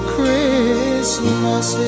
Christmas